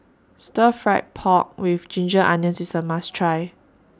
Stir Fry Pork with Ginger Onions IS A must Try